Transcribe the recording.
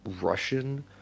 Russian